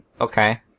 Okay